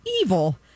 evil